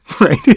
Right